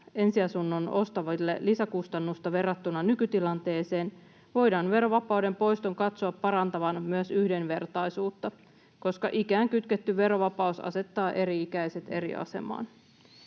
ensiasunnon ostaville lisäkustannusta verrattuna nykytilanteeseen, voidaan verovapauden poiston katsoa parantavan myös yhdenvertaisuutta, koska ikään kytketty verovapaus asettaa eri-ikäiset eri asemaan.